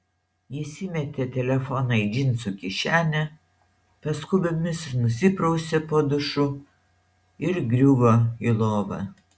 jis įmetė telefoną į džinsų kišenę paskubomis nusiprausė po dušu ir griuvo į lovą